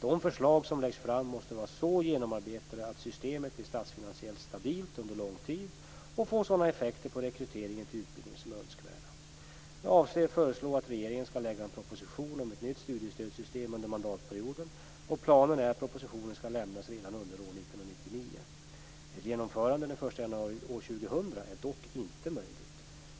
De förslag som läggs fram måste vara så väl genomarbetade att systemet blir statsfinansiellt stabilt under lång tid och får sådana effekter på rekryteringen till utbildning som är önskvärda. Jag avser att föreslå att regeringen skall lägga fram en proposition om ett nytt studiestödssystem under mandatperioden, och planen är att propositionen skall lämnas redan under år 1999. Ett genomförande den 1 januari 2000 är dock inte möjligt.